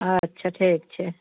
अच्छा ठीक छै